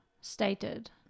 stated